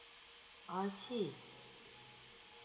I see